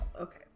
okay